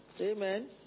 amen